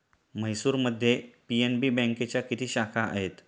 म्हैसूरमध्ये पी.एन.बी बँकेच्या किती शाखा आहेत?